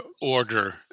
order